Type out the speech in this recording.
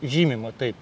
žymima taip